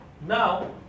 Now